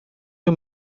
you